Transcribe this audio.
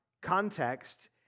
context